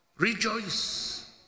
Rejoice